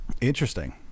Interesting